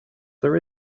there